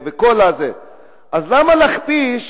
אז למה להכפיש